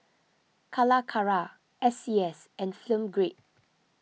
Calacara S C S and Film Grade